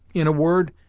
in a word,